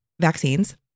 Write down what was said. vaccines